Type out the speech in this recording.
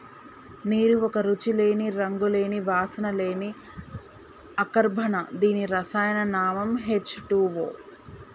నీరు ఒక రుచి లేని, రంగు లేని, వాసన లేని అకర్బన దీని రసాయన నామం హెచ్ టూవో